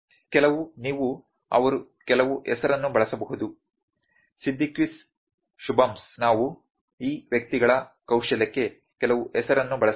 ಕೆಲವು ನೀವು ಅವರು ಕೆಲವು ಹೆಸರನ್ನು ಬಳಸಬಹುದು ಸಿದ್ದಿಕಿಸ್ ಶುಭಾಮ್ಸ್ ನಾವು ಈ ವ್ಯಕ್ತಿಗಳ ಕೌಶಲ್ಯಕ್ಕೆ ಕೆಲವು ಹೆಸರನ್ನು ಬಳಸಬಹುದು